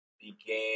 began